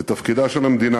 ותפקידה של המדינה,